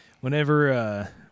Whenever